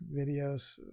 videos